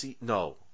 No